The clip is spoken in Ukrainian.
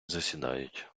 засідають